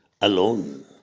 alone